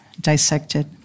dissected